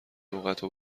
لغت